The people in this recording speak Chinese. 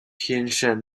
天山